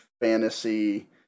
fantasy